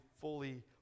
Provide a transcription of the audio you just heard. fully